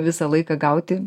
visą laiką gauti